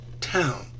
town